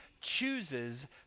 chooses